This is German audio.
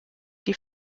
die